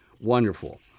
wonderful